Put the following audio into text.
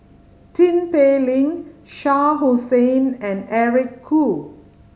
Tin Pei Ling Shah Hussain and Eric Khoo